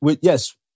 yes